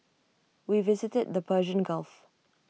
we visited the Persian gulf